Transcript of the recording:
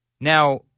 Now